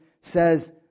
says